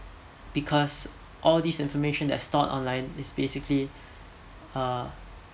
because all these information that's stored online is basically uh